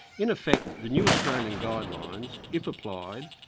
in effect the new australian guidelines, if applied,